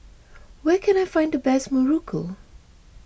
where can I find the best Muruku